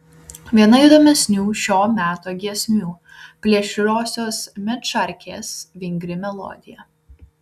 viena įdomesnių šio meto giesmių plėšriosios medšarkės vingri melodija